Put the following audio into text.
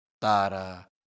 Tara